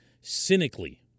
cynically